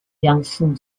jansen